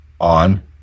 on